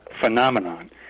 phenomenon